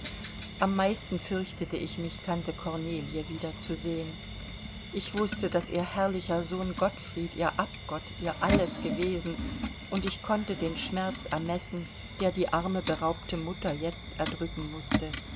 am meisten fürchtete ich mich tante kornelie wiederzusehen ich wußte daß ihr herrlicher sohn gottfried ihr abgott ihr alles gewesen und ich konnte den schmerz ermessen der die arme beraubte mutter jetzt erdrücken mußte